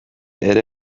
ere